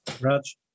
Raj